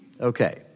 Okay